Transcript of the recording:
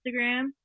instagram